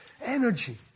Energy